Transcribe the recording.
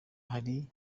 hari